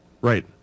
Right